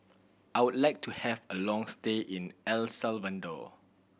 I would like to have a long stay in El Salvador